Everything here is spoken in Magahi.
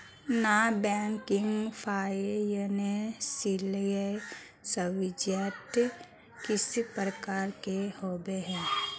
नॉन बैंकिंग फाइनेंशियल सर्विसेज किस प्रकार के होबे है?